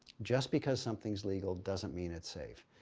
just because something is legal, doesn't mean it's safe.